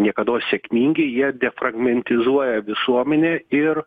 niekados sėkmingi jie defragmentizuoja visuomenę ir